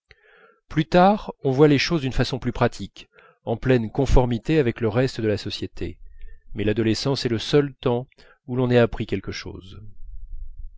plus tard on voit les choses d'une façon plus pratique en pleine conformité avec le reste de la société mais l'adolescence est le seul temps où l'on ait appris quelque chose